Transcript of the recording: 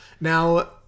Now